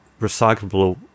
recyclable